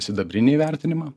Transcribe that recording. sidabrinį įvertinimą